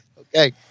Okay